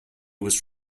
was